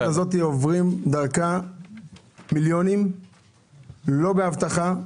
הזאת עוברים מיליוני שקלים לא באבטחה,